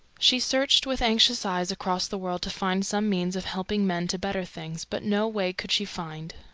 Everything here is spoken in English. she searched with anxious eyes across the world to find some means of helping men to better things, but no way could she find.